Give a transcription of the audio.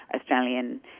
Australian